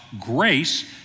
grace